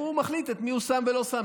והוא מחליט את מי הוא שם ולא שם,